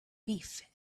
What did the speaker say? beef